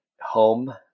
home